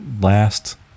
last